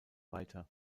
weiter